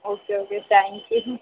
okay okay thank you